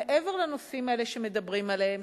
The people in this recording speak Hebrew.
מעבר לנושאים האלה שמדברים עליהם,